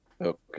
Okay